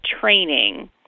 training